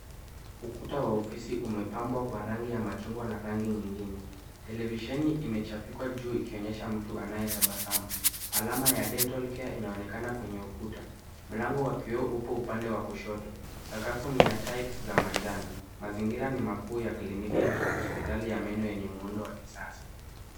Ukuta wa ofisi umepambwa kwa rangi ya machungwa na rangi nyingine. Televisheni imechapikwa juu ikionyesha mtu anayetabasamu. Alama ya Dental Care inaonekana kwenye ukuta. Mlango wa kioo uko upande wa kushoto. Sakafu ni ya [c]tiles[c] za manjano. Mazingira ni majuu ya kliniki ya meno yenye muundo wa kisasa.